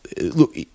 look